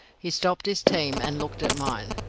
he stopped his team and looked at mine.